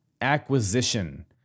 acquisition